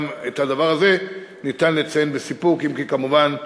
גם את הדבר הזה אפשר לציין בסיפוק, אם כי, כמובן,